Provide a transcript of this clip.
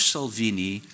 Salvini